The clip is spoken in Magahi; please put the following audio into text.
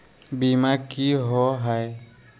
बीमा की होअ हई?